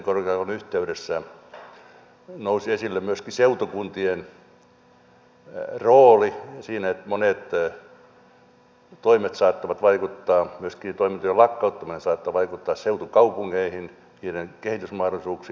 tuossa savonlinnan opettajakorkeakoulun yhteydessä nousi esille myöskin seutukuntien rooli siinä että monet toimet saattavat vaikuttaa myöskin toimintojen lakkauttaminen saattaa vaikuttaa seutukaupunkeihin niiden kehitysmahdollisuuksiin